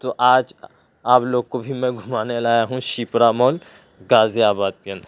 تو آج آپ لوگ کو بھی میں گھمانے لایا ہوں شپرا مال غازی آباد کے اندر